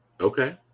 Okay